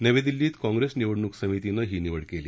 नवी दिल्लीत काँग्रेस निवडणूक समितीनं ही निवड केली